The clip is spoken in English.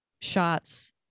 shots